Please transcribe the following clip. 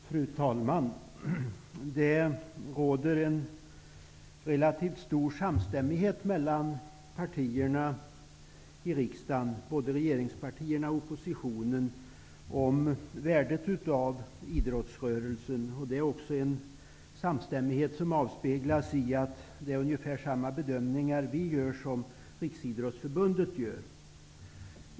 Fru talman! Det råder en relativt stor samstämmighet mellan partierna i riksdagen, regeringspartierna och oppositionen, om värdet av idrottsrörelsen. Samstämmigheten avspeglas också i att vi gör ungefär samma bedömningar som Riksidrottsförbundet gör.